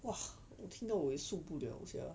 !wah! 我听到我也受不了 sia